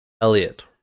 Elliot